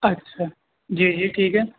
اچھا جی جی ٹھیک ہے